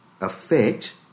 affect